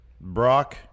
Brock